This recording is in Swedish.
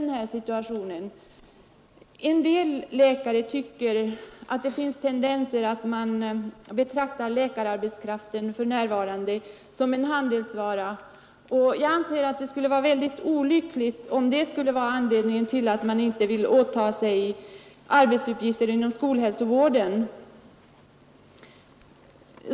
En del läkare tycker att det för närvarande finns tendenser till att betrakta läkararbetskraften som en handelsvara, och det skulle vara mycket olyckligt om detta är anledningen till att läkarna inte vill åta sig arbete inom skolhälsovården.